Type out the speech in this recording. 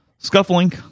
Scuffling